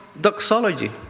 doxology